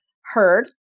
heard